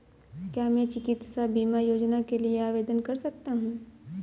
क्या मैं चिकित्सा बीमा योजना के लिए आवेदन कर सकता हूँ?